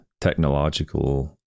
technological